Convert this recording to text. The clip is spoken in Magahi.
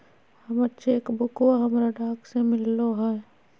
हमर चेक बुकवा हमरा डाक से मिललो हे